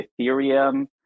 Ethereum